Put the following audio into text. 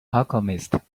alchemist